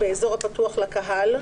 באזור הפתוח לקהל,